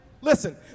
listen